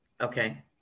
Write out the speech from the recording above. Okay